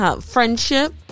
Friendship